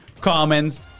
comments